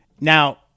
Now